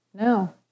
No